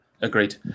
Agreed